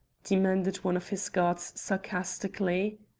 demanded one of his guards sarcastically.